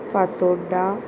Fatorda